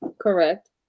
correct